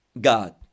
God